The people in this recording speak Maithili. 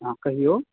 हॅं कहियौ